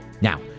Now